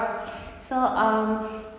so um